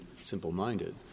simple-minded